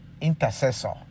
intercessor